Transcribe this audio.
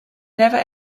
never